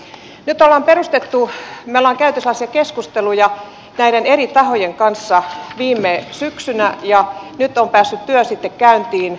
me olemme käyneet sellaisia keskusteluja näiden eri tahojen kanssa viime syksynä ja nyt on päässyt työ sitten käyntiin